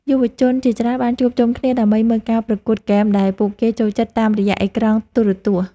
យុវជនជាច្រើនបានជួបជុំគ្នាដើម្បីមើលការប្រកួតហ្គេមដែលពួកគេចូលចិត្តតាមរយៈអេក្រង់ទូរទស្សន៍។